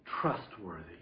trustworthy